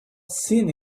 seen